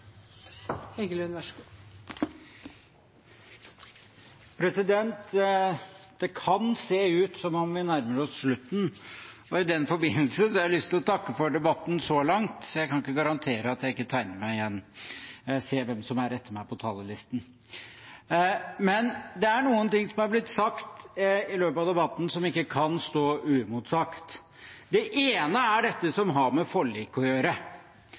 Det kan se ut som om vi nærmer oss slutten. I den forbindelse har jeg lyst til å takke for debatten så langt, men jeg kan ikke garantere at jeg ikke tegner meg igjen når jeg ser hvem som er etter meg på talerlisten. Det er noe som er blitt sagt i løpet av debatten som ikke kan stå uimotsagt. Det ene er dette som har med forlik å gjøre.